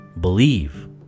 believe